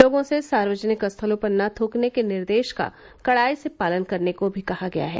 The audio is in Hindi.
लोगों से सार्वजनिक स्थलों पर न थूकने के निर्देश का कड़ाई से पालन करने को भी कहा गया है